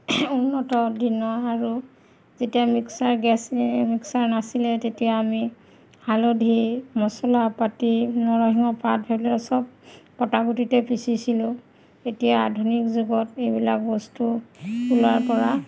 উন্নত দিনৰ আৰু যেতিয়া মিক্সাৰ গেছ মিক্সাৰ নাছিলে তেতিয়া আমি হালধি মছলা পাতি নৰসিংহ পাত ধৰি লওক সব পটা গুটিতে পিচিছিলোঁ এতিয়া আধুনিক যুগত এইবিলাক বস্তু ওলোৱাৰ পৰা